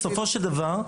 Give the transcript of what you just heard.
בסופו של דבר,